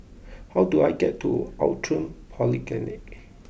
how do I get to Outram Polyclinic